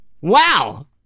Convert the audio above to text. Wow